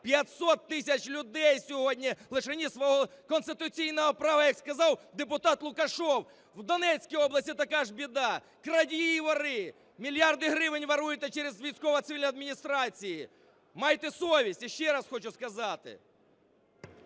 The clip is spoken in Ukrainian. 500 тисяч людей сьогодні лишены свого конституційного права, як сказав депутат Лукашев, в Донецькій області така ж біда. Крадії і воры! Мільярди гривень воруете через військово-цивільні адміністрації! Майте совість, ще раз хочу сказати.